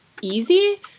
easy